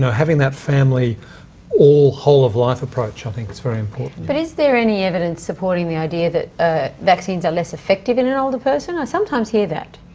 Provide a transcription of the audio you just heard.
having that family all whole-of-life approach, i think is very important. but is there any evidence supporting the idea that vaccines are less effective in an older person? i sometimes hear that.